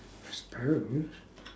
I suppose